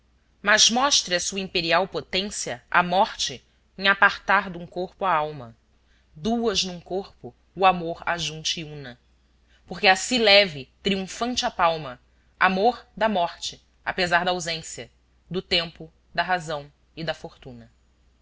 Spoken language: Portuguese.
mas mostre a sua imperial potência a morte em apartar dum corpo a alma duas num corpo o amor ajunte e una porque assi leve triunfante a palma amor da morte apesar da ausência do tempo da razão e da fortuna